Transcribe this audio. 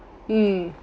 mm